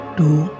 two